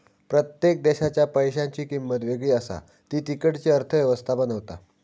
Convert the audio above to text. प्रत्येक देशाच्या पैशांची किंमत वेगळी असा ती तिकडची अर्थ व्यवस्था बनवता